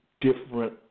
different